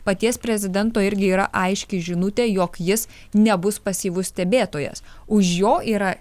paties prezidento irgi yra aiški žinutė jog jis nebus pasyvus stebėtojas už jo yra